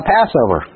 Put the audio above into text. Passover